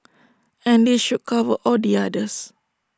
and this should cover all the others